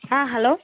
ஆ hello